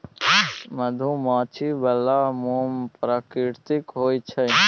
मधुमाछी बला मोम प्राकृतिक होए छै